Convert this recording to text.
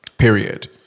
period